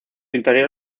interior